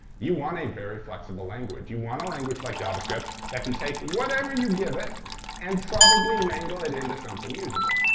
you want a very flexible language. you want a language like javascript that can take whatever you give it and probably mangle it into something usable.